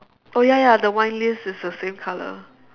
oh ya ya the wine list is the same colour